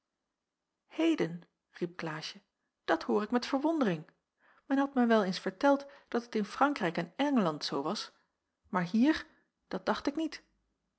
heden riep klaasje dat hoor ik met verwondering men had mij wel eens verteld dat het in frankrijk en engeland zoo was maar hier dat dacht ik niet